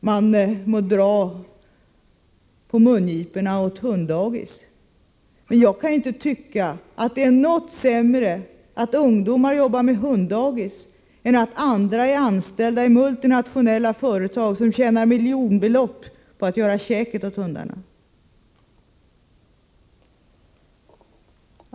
Man må dra på mungiporna åt hund-dagis, men jag kan inte tycka att det är sämre att ungdomar jobbar med hund-dagis än att andra är anställda i multinationella företag som tjänar miljonbelopp på att göra käket åt hundarna.